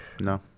No